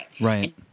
Right